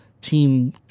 team